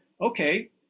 Okay